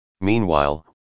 Meanwhile